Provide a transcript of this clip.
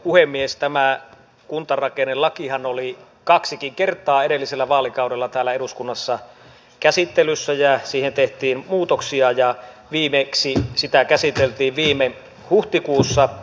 tämä kuntarakennelakihan oli kaksikin kertaa edellisellä vaalikaudella täällä eduskunnassa käsittelyssä ja siihen tehtiin muutoksia ja viimeksi sitä käsiteltiin viime huhtikuussa